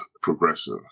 progressive